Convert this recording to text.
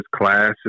classes